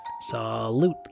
Salute